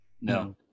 No